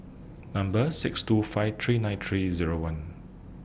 Number six two five three nine three Zero one